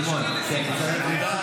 למכתב הטייסים אולי אתה רוצה להתייחס.